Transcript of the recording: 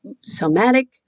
somatic